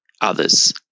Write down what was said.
others